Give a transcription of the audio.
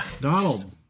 Donald